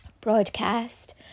broadcast